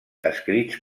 escrits